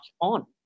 on